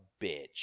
bitch